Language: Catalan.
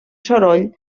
soroll